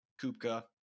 Kupka